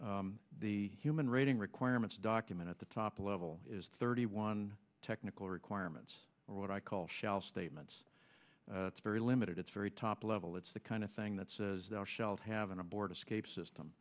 well the human rating requirements document at the top level is thirty one technical requirements or what i call shell statements it's very limited it's very top level it's the kind of thing that's the shelf having a board escape system